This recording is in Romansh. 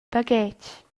baghetg